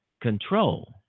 control